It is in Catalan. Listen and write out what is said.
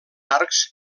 arcs